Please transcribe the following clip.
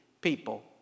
people